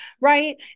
right